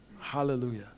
Hallelujah